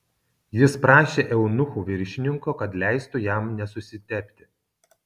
jis prašė eunuchų viršininko kad leistų jam nesusitepti